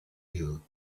you